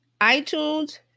iTunes